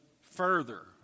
further